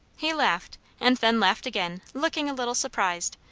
he laughed, and then laughed again looking a little surprised,